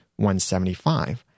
175